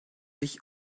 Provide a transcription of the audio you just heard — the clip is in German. ich